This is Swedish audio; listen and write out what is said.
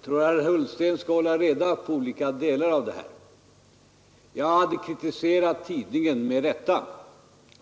Herr talman! Jag tycker att herr Ullsten skall hålla reda på olika delar i det här. Jag hade kritiserat tidningen i fråga med rätta